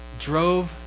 drove